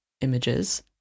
images